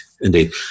Indeed